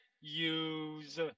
use